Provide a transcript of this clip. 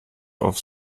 auf